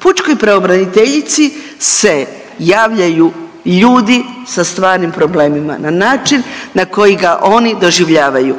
pučkoj pravobraniteljici se javljaju ljudi sa stvarnim problemima na način na koji ga oni doživljavaju.